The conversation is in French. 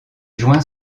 joints